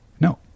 no